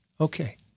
Okay